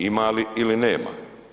Ima li ili nema?